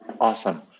Awesome